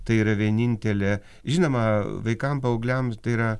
tai yra vienintelė žinoma vaikam paaugliam tai yra